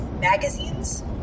magazines